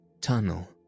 tunnel